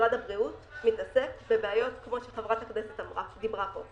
במשרד הבריאות מתעסק בבעיות כמו שחברת הכנסת דיברה עליהן,